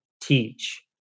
teach